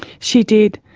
she did.